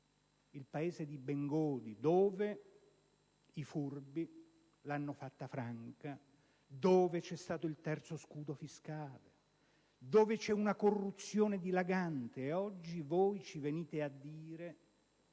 Il Paese di Bengodi, dove i furbi l'hanno fatta franca, dove c'è stato il terzo scudo fiscale, dove c'è una corruzione dilagante. E oggi ci venite a dire